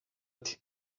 ati